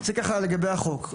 זה לגבי החוק.